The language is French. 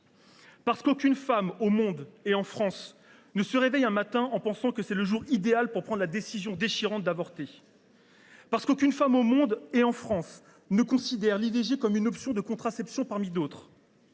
Parce qu’aucune femme, en France et dans le monde, ne se réveille un matin en pensant que c’est le jour idéal pour prendre la décision déchirante d’avorter. Parce qu’aucune femme, en France et dans le monde, ne considère l’IVG comme une option de contraception parmi d’autres.